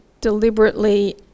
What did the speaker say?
deliberately